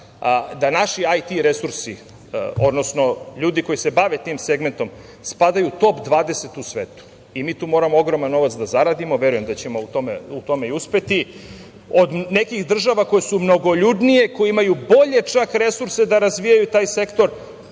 da naši IT resursi, odnosno ljudi koji se bave tim segmentom, spadaju u top 20 u svetu i mi tu moramo ogroman novac da zaradimo. Verujem da ćemo u tome uspeti. Od nekih država koje su mnogoljudnije, koje imaju bolje čak resurse da razvijaju taj sektor,